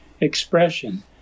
expression